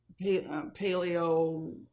paleo